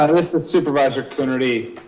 um this is supervisor coonerty.